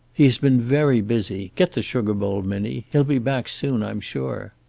he has been very busy. get the sugar bowl, minnie. he'll be back soon, i'm sure.